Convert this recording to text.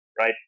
Right